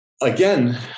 Again